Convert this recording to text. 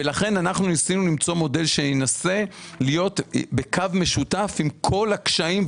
ולכן אנחנו ניסינו למצוא מודל שינסה להיות בקו משותף עם כל הקשיים,